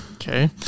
Okay